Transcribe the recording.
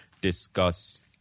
discuss